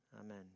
Amen